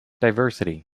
diversity